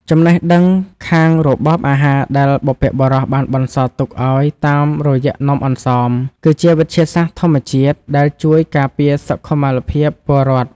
ចំណេះដឹងខាងរបបអាហារដែលបុព្វបុរសបានបន្សល់ទុកឱ្យតាមរយៈនំអន្សមគឺ ជាវិទ្យាសាស្ត្រធម្មជាតិដែលជួយការពារសុខុមាលភាពពលរដ្ឋ។